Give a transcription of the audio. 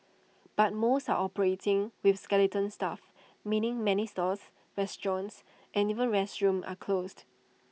but most are operating with skeleton staff meaning many stores restaurants and even restrooms are closed